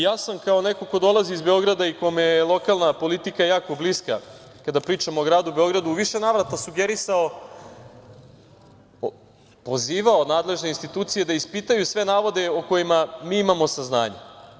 Ja sam neko ko dolazi iz Beograda i kome je lokalna politika jako bliska, kada pričamo o gradu Beogradu, u više navrata sugerisao, pozivao nadležne institucije da ispitaju sve navode o kojima mi imamo saznanja.